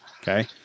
Okay